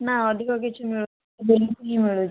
ନା ଅଧିକ କିଛି ମିଳୁନି ଦୁଇ ଲକ୍ଷ ହିଁ ମିଳୁଛି